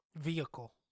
vehicle